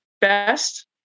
best